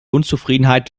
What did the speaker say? unzufriedenheit